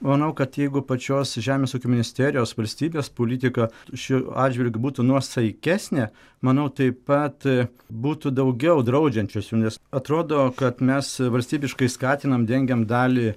manau kad jeigu pačios žemės ūkio ministerijos valstybės politika šiuo atžvilgiu būtų nuosaikesnė manau taip pat būtų daugiau draudžiančiusių nes atrodo kad mes valstybiškai skatinam dengiam dalį